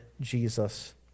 Jesus